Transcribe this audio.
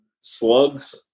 slugs